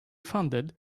funded